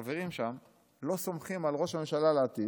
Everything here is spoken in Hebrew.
כי החברים שם לא סומכים על ראש הממשלה לעתיד